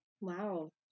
wow